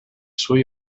suoi